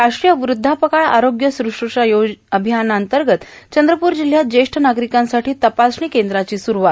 राष्ट्रीय वृद्धापकाळ आरोग्य शुश्रुषा अभियानाअंतर्गत चंद्रपूर जिल्ह्यात ज्येष्ठ नागरिकांसाठी तपासणी केंद्राची सुरूवात